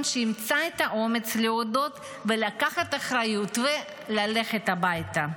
שימצא את האומץ להודות ולקחת אחריות וללכת הביתה?